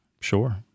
Sure